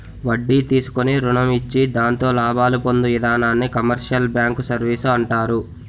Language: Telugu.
వడ్డీ తీసుకుని రుణం ఇచ్చి దాంతో లాభాలు పొందు ఇధానాన్ని కమర్షియల్ బ్యాంకు సర్వీసు అంటారు